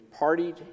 partied